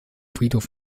friedhof